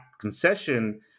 concession